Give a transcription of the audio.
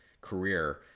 career